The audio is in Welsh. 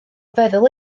feddwl